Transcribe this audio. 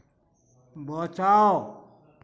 बचाओ